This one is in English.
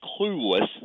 clueless